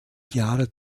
jahre